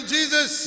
Jesus